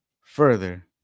further